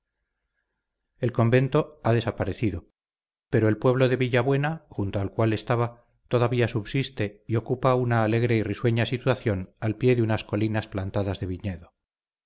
el convento ha desaparecido pero el pueblo de villabuena junto al cual estaba todavía subsiste y ocupa una alegre y risueña situación al pie de unas colinas plantadas de viñedo